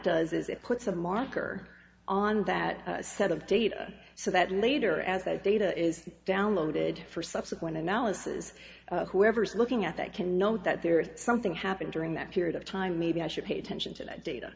does is it puts a marker on that set of data so that later as a data is downloaded for subsequent analysis whoever's looking at that can know that there is something happened during that period of time maybe i should pay attention to that data